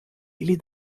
или